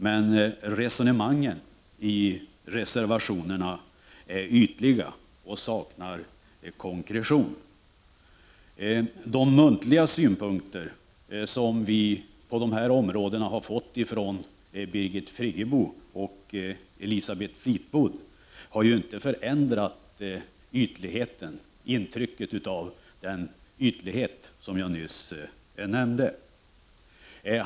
Men resonemangen i reservationerna är ytliga och saknar konkretion. De muntliga synpunkter som anförts på dessa områden av Birgit Friggebo och Elisabeth Fleetwood har inte förändrat intrycket av ytlighet.